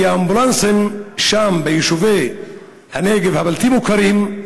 כי האמבולנסים שם לא נכנסים ליישובי הנגב הבלתי-מוכרים,